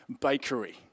Bakery